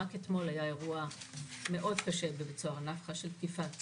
רק אתמול היה אירוע מאוד קשה בבית סוהר נפחה של תקיפה סוהר.